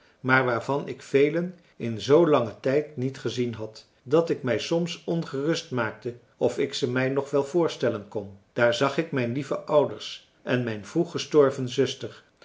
maar waarvan ik velen in zoo langen tijd niet gezien had dat ik mij soms ongerust maakte of ik ze mij nog wel voorstellen kon daar zag ik mijn lieve ouders en mijn vroeggestorven zuster